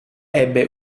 ebbe